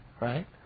right